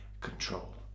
control